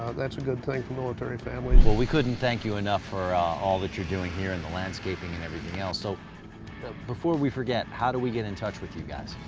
ah that's a good thing for military families. well, we couldn't thank you enough for all that you're doing here, and the landscaping and everything else, so before we forget, how do we get in touch with you guys?